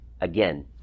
again